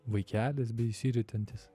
vaikelis beišsiritantis